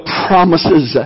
promises